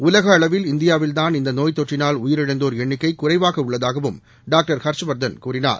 உலக அளவில் இந்தியாவில்தான் இந்த நோய் தொற்றினால் உயிரிழந்தோர் எண்ணிக்கை குறைவாக உள்ளதாகவும் டாக்டர் ஹர்ஷவர்தன் கூறினார்